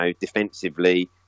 defensively